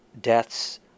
deaths